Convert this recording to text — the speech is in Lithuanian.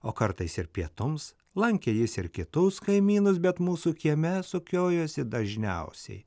o kartais ir pietums lankė jis ir kitus kaimynus bet mūsų kieme sukiojosi dažniausiai